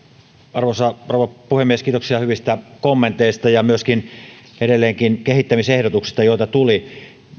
arvoisa rouva puhemies kiitoksia hyvistä kommenteista ja myöskin edelleenkehittämisehdotuksista joita tuli